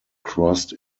crossed